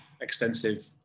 extensive